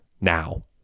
Now